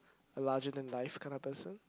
a larger than life kind of person